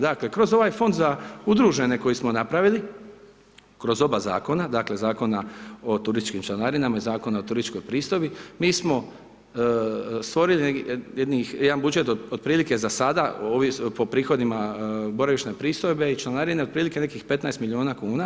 Dakle, kroz ovaj fond za udružene koji smo napravili, kroz oba zakona, dakle, Zakona o turističkim članarinama i Zakona o turističkoj pristojbi, mi smo stvorili jedan budžet, otprilike za sada, po prihodima, boravišne pristojbe i članarine otprilike nekih 15 milijuna kn.